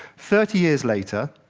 thirty years later,